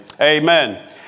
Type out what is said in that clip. Amen